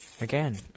Again